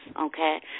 okay